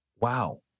Wow